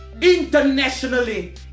internationally